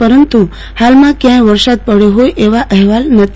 પરંતુ ફાલમાં કયાંય વરસાદ પડયો ફોય એવા અફેવાલ નથી